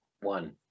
One